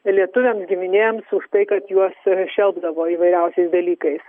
lietuviams giminėms už tai kad juos šelpdavo įvairiausiais dalykais